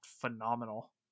phenomenal